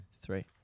three